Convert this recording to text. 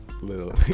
little